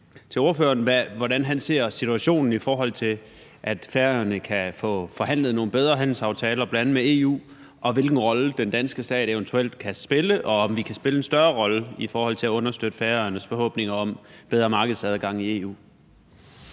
hvordan han ser situationen, i forhold til at Færøerne kan få forhandlet nogle bedre handelsaftaler, bl.a. med EU, hvilken rolle den danske stat eventuelt kan spille, og om vi kan spille en større rolle i forhold til at understøtte Færøernes forhåbninger om bedre markedsadgang i EU.